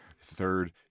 Third